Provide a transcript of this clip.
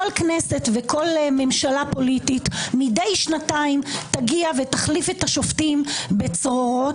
כל כנסת וכל ממשלה פוליטית תגיע ותחליף מידי שנתיים את השופטים בצרורות.